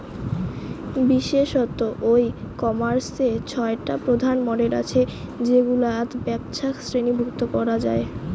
বিশেষতঃ ই কমার্সের ছয়টা প্রধান মডেল আছে যেগুলাত ব্যপছাক শ্রেণীভুক্ত করা যায়